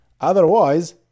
otherwise